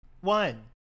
One